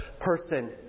person